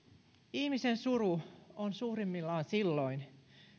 ihmisen suru on suurimmillaan silloin